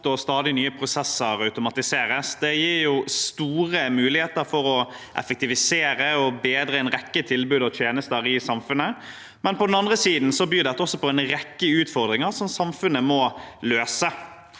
og stadig nye prosesser automatiseres. Det gir på den ene siden store muligheter for å effektivisere og bedre en rekke tilbud og tjenester i samfunnet, mens på den andre siden byr dette også på en rekke utfordringer som samfunnet må løse.